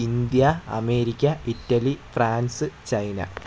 India America Italy France China